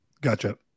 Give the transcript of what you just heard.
Gotcha